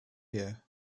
here